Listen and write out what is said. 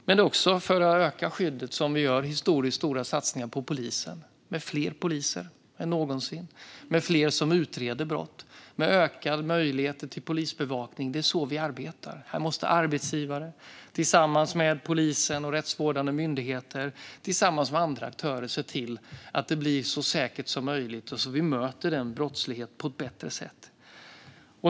Det är också för att öka skyddet som vi gör historiskt stora satsningar på polisen med fler poliser än någonsin, fler som utreder brott och ökade möjligheter till polisbevakning. Det är så vi arbetar. Här måste arbetsgivare tillsammans med polisen, rättsvårdande myndigheter och andra aktörer se till att det blir så säkert som möjligt och att vi möter den här brottsligheten på ett bättre sätt.